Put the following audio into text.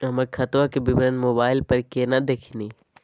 हमर खतवा के विवरण मोबाईल पर केना देखिन?